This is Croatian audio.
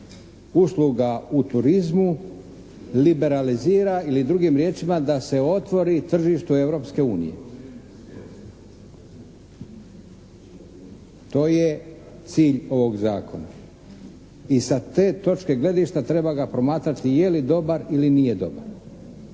usluga u turizmu liberalizira ili drugim riječima da se otvori tržištu Europske unije. To je cilj ovog zakona i sa te točke gledišta treba ga promatrati je li dobar ili nije dobar.